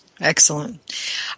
Excellent